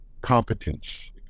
competence